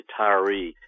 retiree